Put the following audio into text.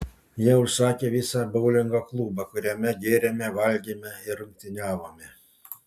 jie užsakė visą boulingo klubą kuriame gėrėme valgėme ir rungtyniavome